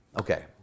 Okay